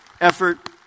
Effort